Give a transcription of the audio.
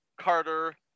Carter